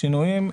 השינויים,